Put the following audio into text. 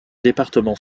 département